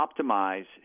optimize